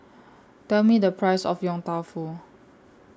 Tell Me The Price of Yong Tau Foo